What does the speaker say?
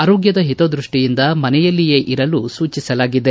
ಆರೋಗ್ಧದ ಹಿತದೃಷ್ಟಿಯಿಂದ ಮನೆಯಲ್ಲಿಯೇ ಇರಲು ಸೂಚಿಸಲಾಗಿದೆ